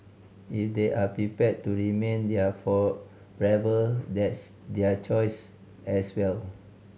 if they are prepared to remain there forever that's their choice as well